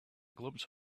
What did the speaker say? glimpse